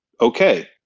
okay